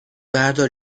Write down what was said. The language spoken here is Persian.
بردار